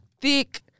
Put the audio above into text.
thick